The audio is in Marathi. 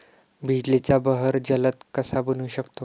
बिजलीचा बहर जलद कसा बनवू शकतो?